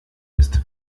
ist